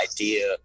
idea